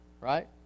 right